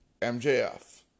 MJF